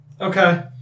Okay